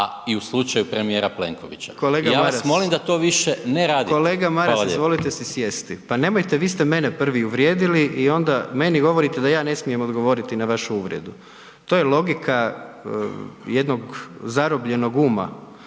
Hvala lijepo. **Jandroković, Gordan (HDZ)** Kolega Maras izvolite se sjesti. Pa nemojte, vi ste mene prvi uvrijedili i onda meni govorite da ja ne smijem odgovoriti na vašu uvredu. To je logika jednog zarobljenog uma